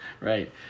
right